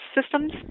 systems